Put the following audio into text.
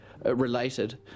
related